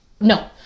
no